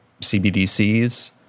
CBDCs